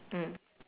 mm